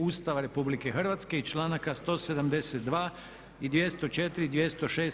Ustava RH i članaka 172. i 204. i 206.